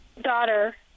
daughter